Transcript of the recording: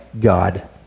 God